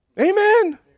Amen